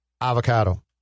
avocado